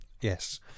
Yes